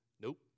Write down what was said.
Nope